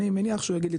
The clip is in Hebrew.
אני מניח שהוא יגיד לי,